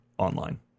Online